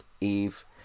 eve